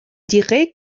dirait